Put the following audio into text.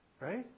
right